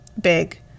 big